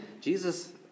Jesus